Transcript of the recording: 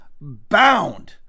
bound